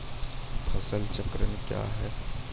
फसल चक्रण कया हैं?